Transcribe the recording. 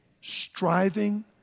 striving